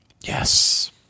yes